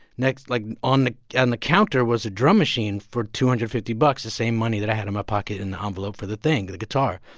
next like, on the and the counter was a drum machine for two hundred and fifty bucks, the same money that i had in my pocket in the envelope for the thing, the guitar.